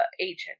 agent